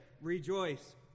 rejoice